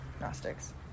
Gnostics